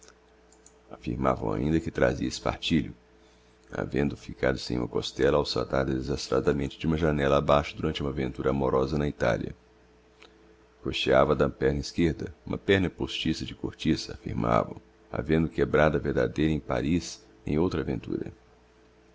chinó affirmavam ainda que trazia espartilho havendo ficado sem uma costella ao saltar desastradamente de uma janella abaixo durante uma aventura amorosa na italia coxeava da perna esquerda uma perna postiça de cortiça affirmavam havendo quebrado a verdadeira em paris em outra aventura